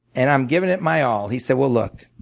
and i'm giving it my all. he said well, look,